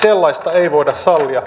sellaista ei voida sallia